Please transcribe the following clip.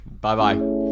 Bye-bye